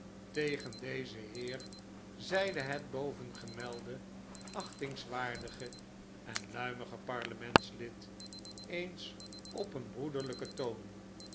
tegen dezen heer zeide het bovengemelde achtingswaardige en luimige parlements lid eens op een broederlijken toon